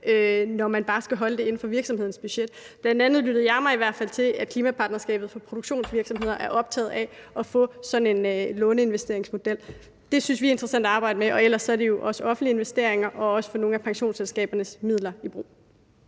når man bare skal holde det inden for virksomhedernes budget. Bl.a. lyttede jeg mig i hvert fald til, at klimapartnerskabet for produktionsvirksomheder er optaget af at få sådan en investeringslånemodel. Det synes vi er interessant at arbejde med, og ellers er der også tale om offentlige investeringer og at få nogle af pensionsselskabernes midler i brug.